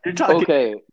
Okay